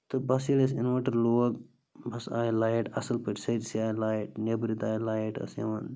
تہٕ بَس ییٚلہِ اسہِ اِنوٲٹَر لوگ بَس آیہِ لایِٹ اَصٕل پٲٹھۍ سٲرۍسٕے آے لایِت نٮ۪بٕرۍ تہِ آے لایِٹ ٲسۍ یِوان